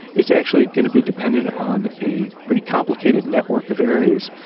it's actually going to be dependent on a pretty complicated network of areas.